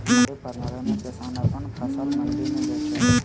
मंडी प्रणाली में किसान अपन फसल मंडी में बेचो हय